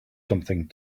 something